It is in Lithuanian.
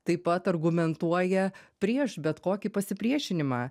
taip pat argumentuoja prieš bet kokį pasipriešinimą